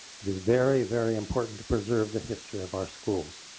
and it's very very important to preserve the history of our schools.